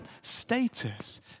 status